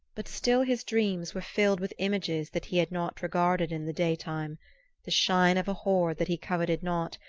but still his dreams were filled with images that he had not regarded in the day time the shine of a hoard that he coveted not,